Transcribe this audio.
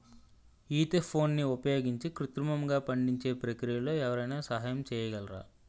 ఈథెఫోన్ని ఉపయోగించి కృత్రిమంగా పండించే ప్రక్రియలో ఎవరైనా సహాయం చేయగలరా?